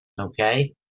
Okay